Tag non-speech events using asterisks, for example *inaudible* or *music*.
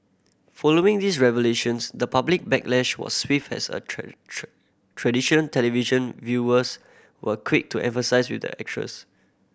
following these revelations the public backlash was swift as a *unintelligible* tradition television viewers were quick to empathise with the actress